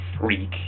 freak